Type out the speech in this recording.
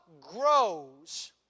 grows